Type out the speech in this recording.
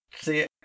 See